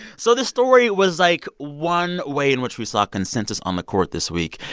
so this story was like one way in which we saw consensus on the court this week.